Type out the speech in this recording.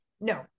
no